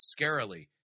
scarily